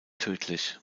tödlich